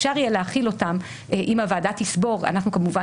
אפשר יהיה להחיל אותם אם הוועדה תסבור - אנחנו כמובן